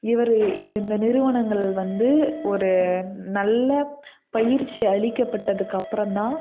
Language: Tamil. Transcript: இவர் இந்த நிறுவனங்கள் வந்து ஒரு நல்ல பயிற்சி அளிக்கப்பட்டதுக்கு அப்புறம் தான்